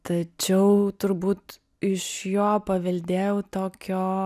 tačiau turbūt iš jo paveldėjau tokio